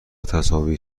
تصاویر